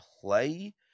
play